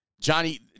Johnny